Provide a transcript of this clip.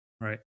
right